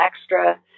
extra